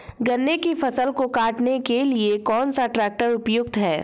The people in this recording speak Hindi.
गन्ने की फसल को काटने के लिए कौन सा ट्रैक्टर उपयुक्त है?